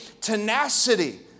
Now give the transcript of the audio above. Tenacity